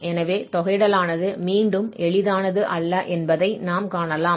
எனவே தொகையிடலானது மீண்டும் எளிதானது அல்ல என்பதை நாம் காணலாம்